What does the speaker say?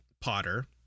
Potter